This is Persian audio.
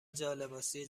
جالباسی